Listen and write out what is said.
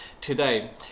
today